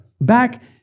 Back